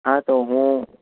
હા તો હું